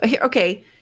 okay